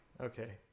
Okay